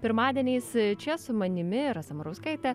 pirmadieniais čia su manimi rasa murauskaitė